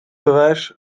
bewijs